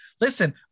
Listen